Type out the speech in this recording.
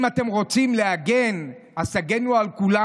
אם אתם רוצים להגן, אז תגנו על כולם.